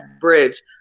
bridge